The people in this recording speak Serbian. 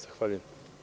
Zahvaljujem.